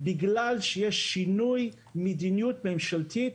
בגלל שיש שינוי מדיניות ממשלתית.